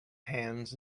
hands